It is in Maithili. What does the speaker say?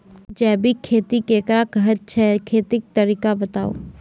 जैबिक खेती केकरा कहैत छै, खेतीक तरीका बताऊ?